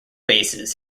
bases